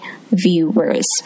viewers